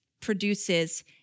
produces